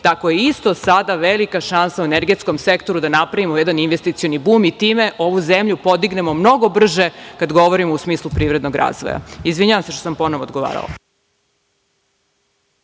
tako je isto sada velika šansa u energetskom sektoru da napravimo jedan investicioni bum i time ovu zemlju podignemo mnogo brže kada govorimo u smislu privrednog razvoja. Izvinjavam se što sam ponovo odgovarala.